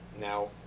Now